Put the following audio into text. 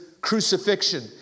crucifixion